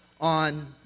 on